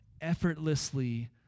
effortlessly